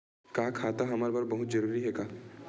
का खाता हमर बर बहुत जरूरी हे का?